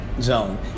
zone